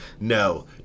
no